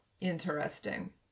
interesting